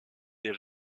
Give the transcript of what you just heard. des